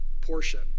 portion